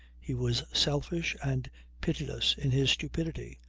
he was selfish and pitiless in his stupidity,